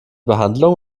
behandlung